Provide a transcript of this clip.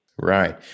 Right